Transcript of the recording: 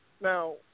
Now